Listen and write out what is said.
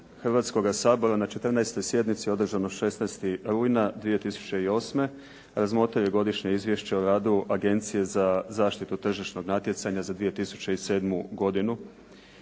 Hrvatskoga sabora na 14. sjednici održanoj 16. rujna 2008. razmotrio je Godišnje izvješće o radu Agencije za zaštitu tržišnog natjecanja za 2007. godinu.